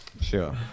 sure